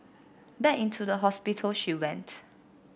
back into the hospital she went